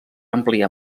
ampliar